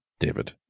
david